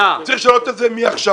צריך לשנות את זה עכשיו.